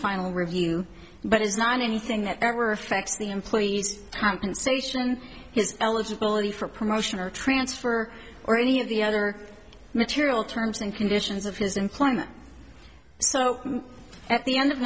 final review but is not anything that ever affects the employee's compensation his eligibility for promotion or transfer or any of the other material terms and conditions of his employment so at the end of